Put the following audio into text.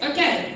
Okay